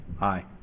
Aye